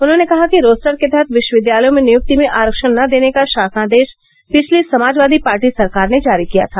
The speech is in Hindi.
उन्होंने कहा कि रोस्टर के तहत विश्वविद्यालयों में नियुक्ति में आरक्षण न देने का ासनादेश पिछली समाजवादी पार्टी सरकार ने जारी किया था